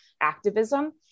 activism